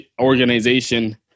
organization